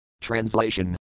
Translation